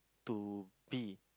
to be